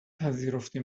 پذیرفته